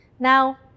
Now